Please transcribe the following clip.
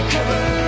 Cover